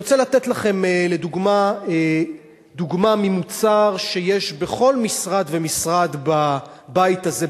אני רוצה לתת לכם דוגמה של מוצר שיש בכל משרד ומשרד בבית הזה,